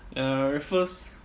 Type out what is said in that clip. ya raffles